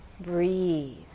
Breathe